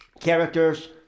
characters